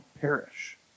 perish